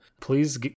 please